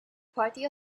party